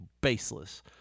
baseless